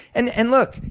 and and look,